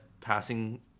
passing